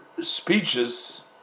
speeches